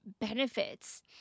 benefits